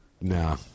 Nah